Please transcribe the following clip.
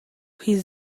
his